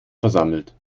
versammelt